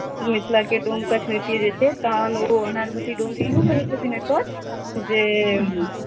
मिथिलाके डोमकछ नृत्य जे छै तहन ओ अनारवती डोमिन नहि कहैत छथिन एतय जे